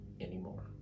anymore